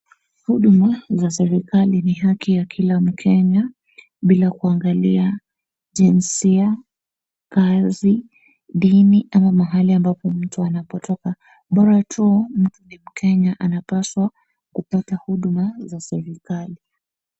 Huduma za serikali ni haki ya kila mkenya bila kuangalia jinsia, kazi, dini ama mahali ambapo mtu anapotoka bora tu mtu ni mkenya anapaswa kupata huduma za serikali.